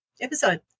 episode